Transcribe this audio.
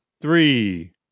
three